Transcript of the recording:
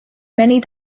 many